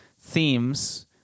themes